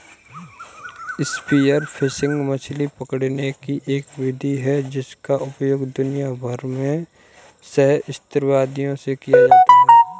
spear fishing मछली पकड़ने की एक विधि है जिसका उपयोग दुनिया भर में सहस्राब्दियों से किया जाता रहा है